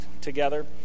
together